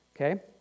okay